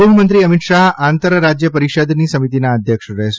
ગૃહમંત્રી અમિત શાહ આંતરરાજય પરિષદની સમિતિના અધ્યક્ષ રહેશે